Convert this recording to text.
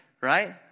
right